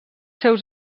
seus